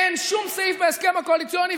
אין שום סעיף בהסכם הקואליציוני,